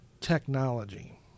technology